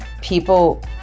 people